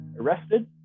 arrested